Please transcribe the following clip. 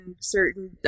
certain